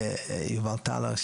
יובל טלר,